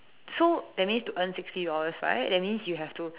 so that means to earn sixty dollar right that means you have to